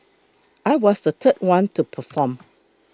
I was the third one to perform